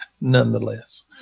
Nonetheless